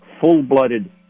full-blooded